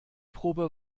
probe